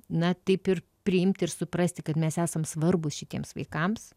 na taip ir priimti ir suprasti kad mes esam svarbūs šitiems vaikams